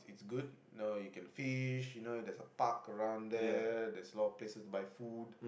good now you can fish you know there's a park around there there's a lot of places to buy food